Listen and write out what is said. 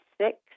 six